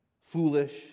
foolish